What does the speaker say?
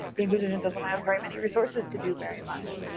the inquisition doesn't have very many resources to do very much.